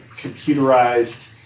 computerized